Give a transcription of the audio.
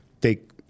take